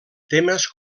temes